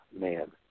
man